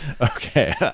Okay